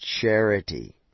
charity